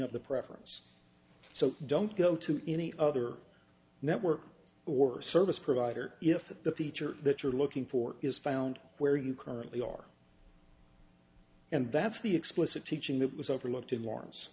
of the preference so don't go to any other network or service provider if the feature that you're looking for is found where you currently are and that's the explicit teaching that was overlooked in lawrence